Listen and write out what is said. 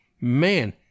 man